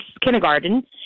kindergarten